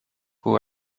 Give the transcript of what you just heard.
who